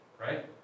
right